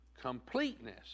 completeness